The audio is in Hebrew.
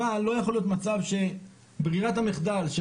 אבל לא יכול להיות מצב שברירת המחדל של